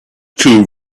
too